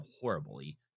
horribly